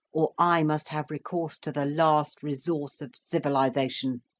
or i must have recourse to the last resource of civilization.